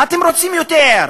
מה אתם רוצים יותר?